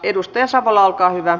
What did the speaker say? edustaja savola olkaa hyvä